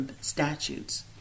statutes